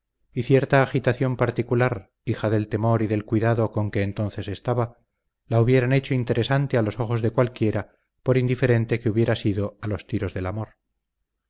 y cierta agitación particular hija del temor y del cuidado con que entonces estaba la hubieran hecho interesante a los ojos de cualquiera por indiferente que hubiera sido a los tiros del amor